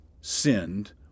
sinned